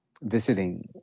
visiting